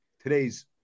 today's